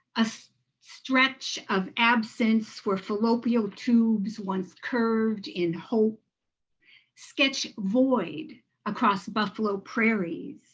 a stretch of absence where fallopian tubes once curved in hope sketch void across buffalo prairie,